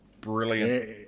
brilliant